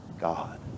God